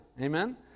Amen